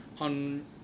on